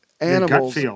Animals